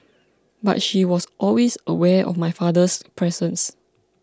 but she was always aware of my father's presence